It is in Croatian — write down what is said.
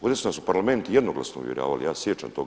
Ovdje su nas u Parlamentu jednoglasno uvjeravali, ja se sjećam toga.